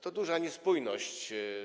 To duża niespójność.